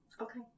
Okay